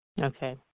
Okay